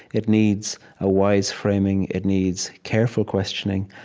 it needs a wise framing. it needs careful questioning.